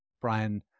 Brian